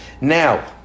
Now